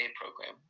program